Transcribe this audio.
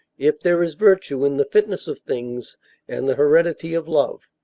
if there is virtue in the fitness of things and the heredity of love.